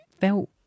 felt